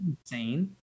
insane